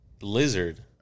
lizard